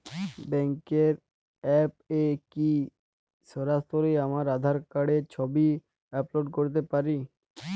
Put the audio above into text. ব্যাংকের অ্যাপ এ কি সরাসরি আমার আঁধার কার্ডের ছবি আপলোড করতে পারি?